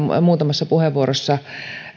muutamassa puheenvuorossa